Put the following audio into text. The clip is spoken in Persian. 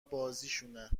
بازیشونه